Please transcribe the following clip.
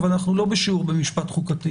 אבל אנחנו לא בשיעור במשטר חוקתי